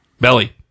Belly